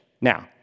Now